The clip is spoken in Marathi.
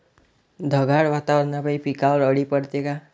ढगाळ वातावरनापाई पिकावर अळी पडते का?